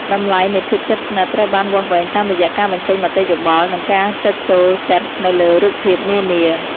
តម្លៃនៃភាពជិតស្និទ្ធត្រូវបានវាស់វែងតាមរយៈការបញ្ចេញមតិយោបល់ និងការចុចចូលចិត្តនៅលើរូបភាពនានា។